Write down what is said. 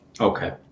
Okay